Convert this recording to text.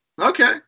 Okay